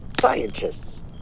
scientists